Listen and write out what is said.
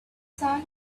sun